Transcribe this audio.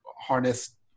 harness